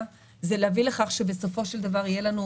זה להביא לכך שבסופו של דבר יהיה לנו,